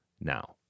now